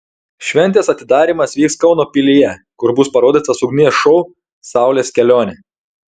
šventės atidarymas vyks kauno pilyje kur bus parodytas ugnies šou saulės kelionė